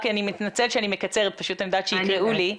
רק אני מתנצלת שאני מקצרת כי אני יודעת שיקראו לי.